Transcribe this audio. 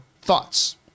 thoughts